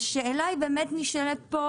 השאלה כאן,